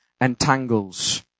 entangles